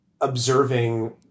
observing